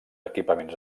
equipaments